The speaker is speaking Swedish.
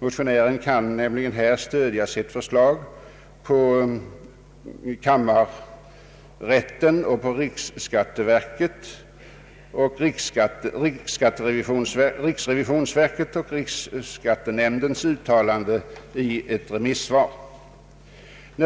Motionären kan nämligen stödja sitt förslag på kammarrättens, riksrevisionsverkets och riksskattenämndens uttalanden i deras remisssvar. I